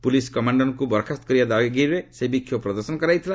police କମାଣ୍ଡରଙ୍କୁ ବରଖାସ୍ତ କରିବା ଦାବିରେ ସେହି ବିକ୍ଷୋଭ ପ୍ରଦର୍ଶନ କରାଯାଉଥିଲା